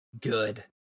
good